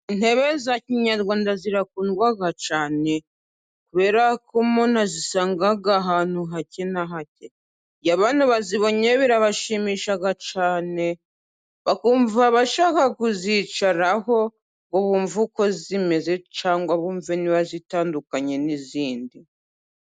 Intebe za kinyarwanda zirakundwa cyane kubera ko umuntu azisanga ahantu hake na hake. Iyo abantu bazibonye birabashimisha cyane bakumva bashaka kuzicaraho ngo bumve uko zimeze cyangwa se bumve niba zitandukanye n'izindi.